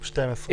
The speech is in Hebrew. עכשיו,